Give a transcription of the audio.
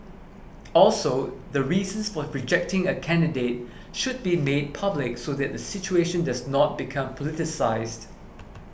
also the reasons for rejecting a candidate should be made public so that the situation does not become politicised